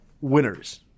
winners